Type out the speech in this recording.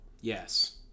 Yes